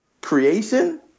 Creation